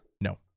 No